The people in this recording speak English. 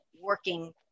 working